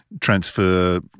transfer